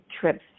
trips